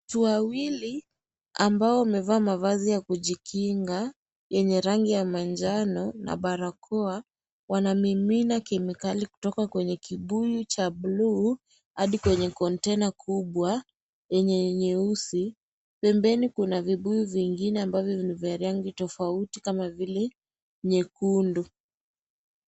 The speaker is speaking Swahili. Watu wawili ambao wamevaa mavazi ya kujikinga yenye rangi ya manjano na barakoa wanamimina kemikali kutoka kwenye kibuyu cha bluu hadi kwenye (CS)container(CS)kubwa yenye nyeusi , pempeni kuna vigunzi vingine ambavyo vya rangi tofauti kama vile nyekundu.